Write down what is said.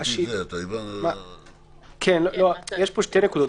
יש פה שתי נקודות,